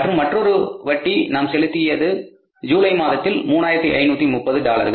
மற்றும் மற்றொரு வட்டி நாம் செலுத்தியது ஜூலை மாதத்தில் 3530 டாலர்கள்